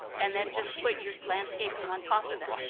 and then just put your landscaping on top of it,